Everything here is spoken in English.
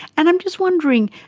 and i'm just wondering,